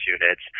units